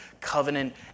covenant